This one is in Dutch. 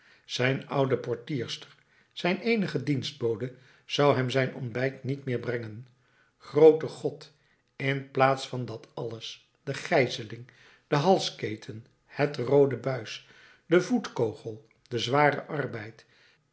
zijn oude portierster zijn eenige dienstbode zou hem zijn ontbijt niet meer brengen groote god in plaats van dat alles de gijzeling de halsketen het roode buis de voetkogel de zware arbeid